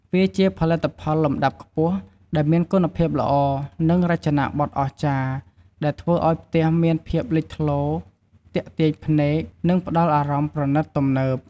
វាជាផលិតផលលំដាប់ខ្ពស់ ដែលមានគុណភាពល្អ និងរចនាបថអស្ចារ្យ ដែលធ្វើឱ្យផ្ទះមានភាពលេចធ្លោ ទាក់ទាញភ្នែក និងផ្តល់អារម្មណ៍ប្រណិត ទំនើប ។